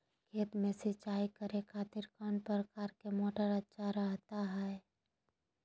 खेत में सिंचाई करे खातिर कौन प्रकार के मोटर अच्छा रहता हय?